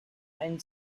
ein